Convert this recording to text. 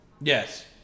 yes